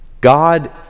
God